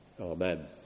Amen